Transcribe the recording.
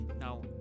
Now